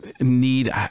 need